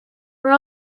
were